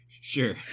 Sure